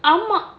ஆமா:aamaa